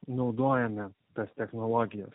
naudojame tas technologijas